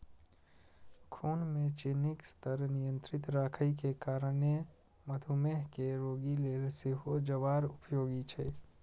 खून मे चीनीक स्तर नियंत्रित राखै के कारणें मधुमेह के रोगी लेल सेहो ज्वार उपयोगी छै